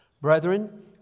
Brethren